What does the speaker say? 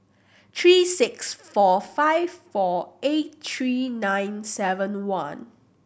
three six four five four eight three nine seven one